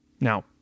Now